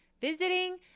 visiting